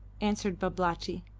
answered babalatchi,